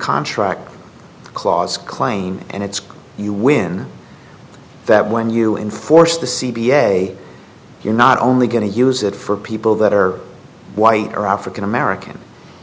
contract clause claim and it's you win that when you enforce the c b s a you're not only going to use it for people that are white or african american